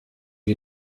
wir